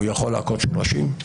הוא יכול להכות שורשים,